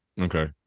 Okay